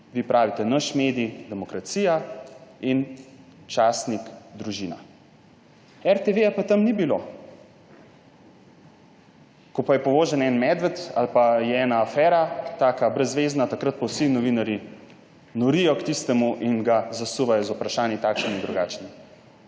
vi pravite naš medij, Demokracija in časnik Družina. RTV pa tam ni bilo. Ko pa je povožen en medved ali pa je neka afera, taka brezvezna, takrat pa vsi novinarji norijo k tistemu in ga zasipajo z vprašanji, takšnimi in drugačnimi.